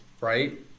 right